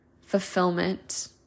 fulfillment